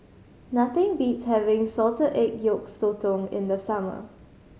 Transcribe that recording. nothing beats having salted egg yolk sotong in the summer